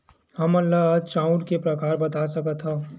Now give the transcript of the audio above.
हमन ला चांउर के प्रकार बता सकत हव?